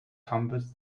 tumbles